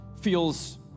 feels